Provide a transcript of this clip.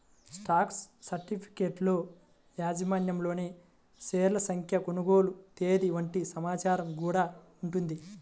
stock సర్టిఫికెట్లలో యాజమాన్యంలోని షేర్ల సంఖ్య, కొనుగోలు తేదీ వంటి సమాచారం గూడా ఉంటది